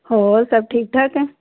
ਹੋਰ ਸਭ ਠੀਕ ਠਾਕ ਹੈ